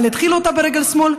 אבל התחילו אותה ברגל שמאל,